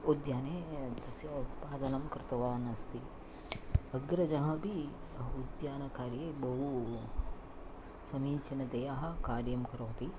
उद्याने तस्य उत्पादनं कृतवान् अस्ति अग्रजः अपि उद्यानकार्ये बहु समीचीनतया कार्यं करोति